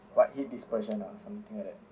quietly dispersion ah something like that